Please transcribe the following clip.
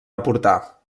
aportar